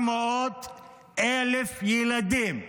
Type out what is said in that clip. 900,000 ילדים עניים,